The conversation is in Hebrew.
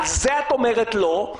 על זה את אומרת לא,